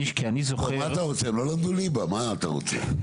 מה אתה רוצה?